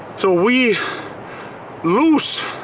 so we lose,